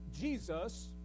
Jesus